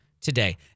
today